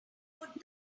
put